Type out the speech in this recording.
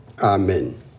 amen